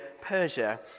Persia